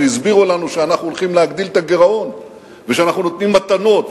והסבירו לנו שאנחנו הולכים להגדיל את הגירעון ושאנחנו נותנים מתנות,